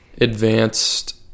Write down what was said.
advanced